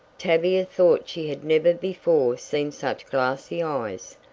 tavia thought she had never before seen such glassy eyes,